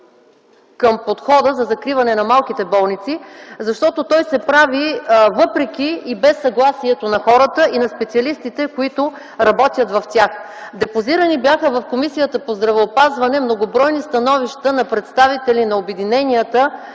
Комисията по здравеопазването